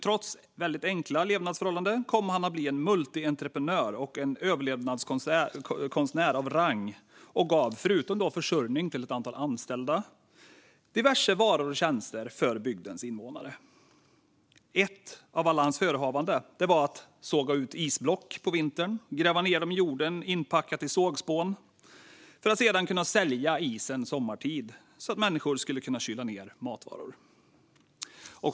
Trots enkla livsförhållanden kom han att bli en multientreprenör och en överlevnadskonstnär av rang som förutom försörjning till hans anställda gav diverse varor och tjänster till bygdens invånare. Ett av alla hans förehavanden var att såga ut isblock på vintern och gräva ned dem i jorden, inpackade i sågspån, för att sedan kunna sälja isen sommartid så att människor skulle kunna kyla ned matvaror.